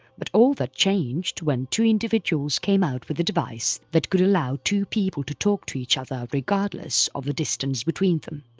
but all that changed when two individuals came out with a device that could allow two people to talk to each other regardless of the distance between them.